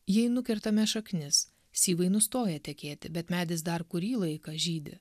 jei nukertame šaknis syvai nustoja tekėti bet medis dar kurį laiką žydi